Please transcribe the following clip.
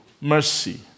mercy